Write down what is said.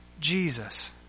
Jesus